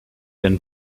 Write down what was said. and